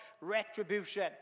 Retribution